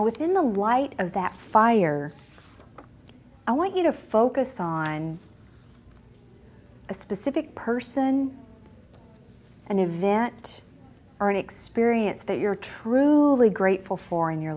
flames now within the light of that fire i want you to focus on a specific person an event or an experience that you're truly grateful for in your